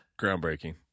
Groundbreaking